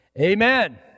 amen